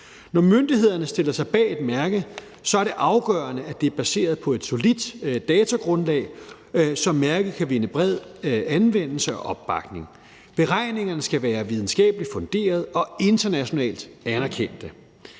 Når myndighederne stiller sig bag et mærke, er det afgørende, at det er baseret på et solidt datagrundlag, så mærket kan vinde bred anvendelse og opbakning. Beregningerne skal være videnskabeligt funderet og internationalt anerkendt.